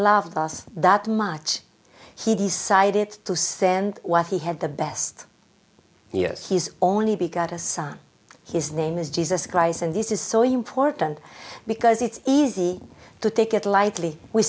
loved us that much he decided to send what he had the best years his only be got a son his name is jesus christ and this is so important because it's easy to take it lightly we